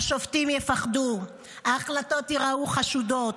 השופטים יפחדו, ההחלטות ייראו חשודות.